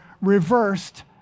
reversed